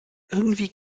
irgendwie